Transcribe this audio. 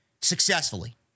successfully